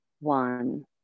one